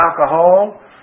alcohol